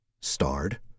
Starred